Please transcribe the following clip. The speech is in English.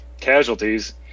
casualties